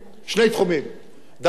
דבר אחד,